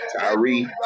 Tyree